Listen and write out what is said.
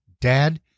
dad